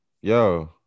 Yo